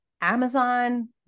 Amazon